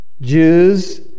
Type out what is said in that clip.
Jews